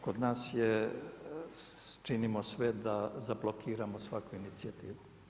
Kod nas je, činimo sve da zablokiramo svaku inicijativu.